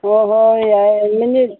ꯍꯣꯏ ꯍꯣꯏ ꯌꯥꯏ ꯃꯤꯅꯤꯠ